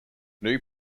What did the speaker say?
new